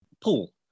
Paul